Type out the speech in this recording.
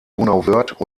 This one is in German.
donauwörth